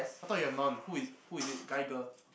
I thought you have none who is who is it guy girl